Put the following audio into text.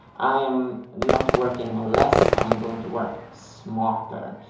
i am not working less, i'm going to work smarter.